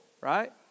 Right